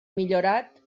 millorat